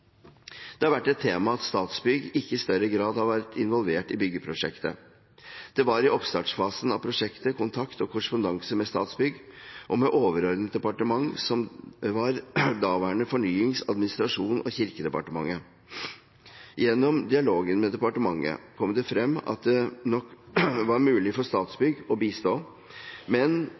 Det har vært et tema at Statsbygg ikke i større grad har vært involvert i byggeprosjektet. Det var i oppstartsfasen av prosjektet kontakt og korrespondanse med Statsbygg og med overordnet departement, som var daværende Fornyings- , administrasjons- og kirkedepartementet. Gjennom dialogen med departementet kom det frem at det nok var mulig for Statsbygg å bistå, men